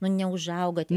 neužauga neužauga